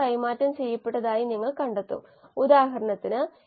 ഇത് കുറച്ചുകൂടി നന്നായി മനസ്സിലാക്കാൻ ഒരു ഉദാഹരണം നോക്കാം